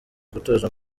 gutoza